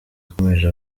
yakomeje